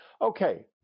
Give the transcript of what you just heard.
Okay